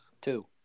Two